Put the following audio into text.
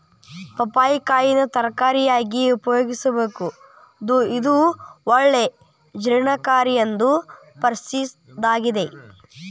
ಪಪ್ಪಾಯಿ ಕಾಯಿನ ತರಕಾರಿಯಾಗಿ ಉಪಯೋಗಿಸಬೋದು, ಇದು ಒಳ್ಳೆ ಜೇರ್ಣಕಾರಿ ಎಂದು ಪ್ರಸಿದ್ದಾಗೇತಿ